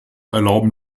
erlauben